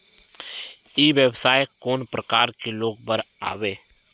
ई व्यवसाय कोन प्रकार के लोग बर आवे?